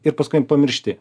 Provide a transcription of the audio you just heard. ir paskui pamiršti